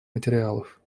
материалов